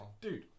Dude